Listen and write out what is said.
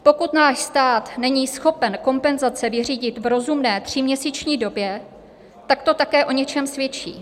Pokud náš stát není schopen kompenzace vyřídit v rozumné tříměsíční době, tak to také o něčem svědčí.